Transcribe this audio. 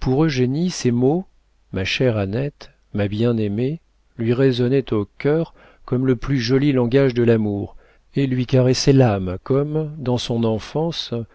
pour eugénie ces mots ma chère annette ma bien-aimée lui résonnaient au cœur comme le plus joli langage de l'amour et lui caressaient l'âme comme dans son enfance